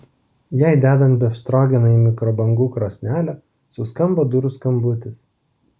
jai dedant befstrogeną į mikrobangų krosnelę suskambo durų skambutis